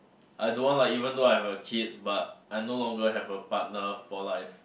I don't want like even though I have a kid but I no longer have a partner for life